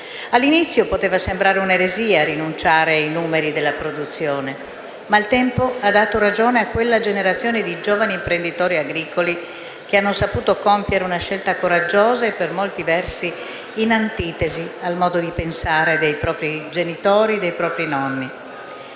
All'inizio poteva sembrare un'eresia rinunciare ai numeri della produzione, ma il tempo ha dato ragione a quella generazione di giovani imprenditori agricoli che hanno saputo compiere una scelta coraggiosa e, per molti versi, in antitesi al modo di pensare dei propri genitori e nonni.